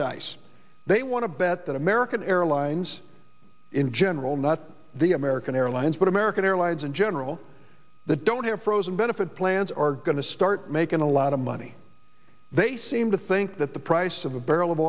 dice they want to bet that american airlines in general not the american airlines but american airlines in general the don't have frozen benefit plans are going to start making a lot of money they seem to think that the price of a